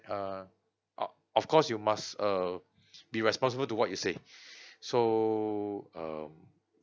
uh of of course you must uh be responsible to what you said so um